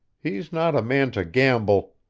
he's not a man to gamble.